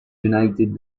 united